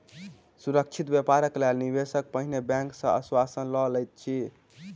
सुरक्षित व्यापारक लेल निवेशक पहिने बैंक सॅ आश्वासन लय लैत अछि